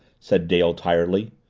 said dale tiredly,